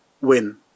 win